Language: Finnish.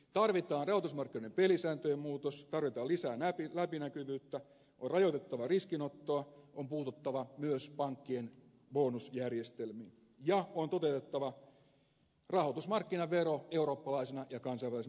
tarvitaan rahoitusmarkkinoiden pelisääntöjen muutos tarvitaan lisää läpinäkyvyyttä on rajoitettava riskinottoa on puututtava myös pankkien bonusjärjestelmiin ja on toteutettava rahoitusmarkkinavero eurooppalaisena ja kansainvälisenä ratkaisuna